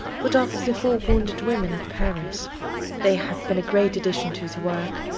put off the four wounded women at paris they have been a great addition to the work,